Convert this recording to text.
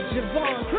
Javon